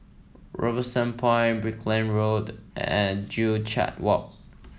Robinson Point Brickland Road and Joo Chiat Walk